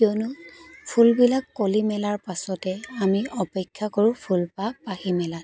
কিয়নো ফুলবিলাক কলি মেলাৰ পাছতেই আমি অপেক্ষা কৰোঁ ফুলপাহ পাহি মেলাৰ